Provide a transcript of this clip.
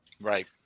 Right